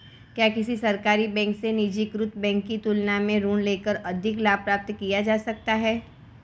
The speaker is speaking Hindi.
क्या किसी सरकारी बैंक से निजीकृत बैंक की तुलना में ऋण लेकर अधिक लाभ प्राप्त किया जा सकता है?